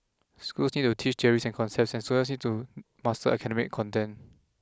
schools still need to teach theories and concepts and students still need to master academic content